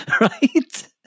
right